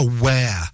aware